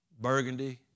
burgundy